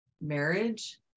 marriage